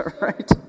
Right